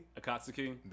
Akatsuki